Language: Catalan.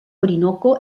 orinoco